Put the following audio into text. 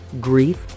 grief